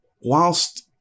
whilst